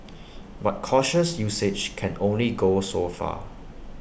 but cautious usage can only go so far